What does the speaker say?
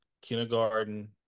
kindergarten